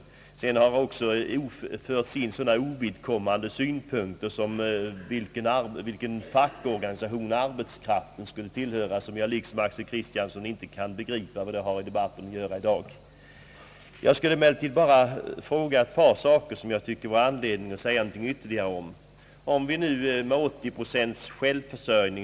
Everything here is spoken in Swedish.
Jordbruksministern har också fört in i debatten sådana ovidkommande synpunkter som vilken fackorganisation arbetskraften skall tillhöra. I likhet med herr Axel Kristiansson kan jag inte förstå vad den frågan har med debatten i dag att göra.